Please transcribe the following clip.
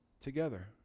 together